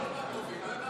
נדמה לי שהייתה.